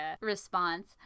response